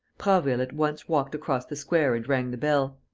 prasville at once walked across the square and rang the bell.